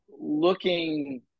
looking